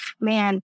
man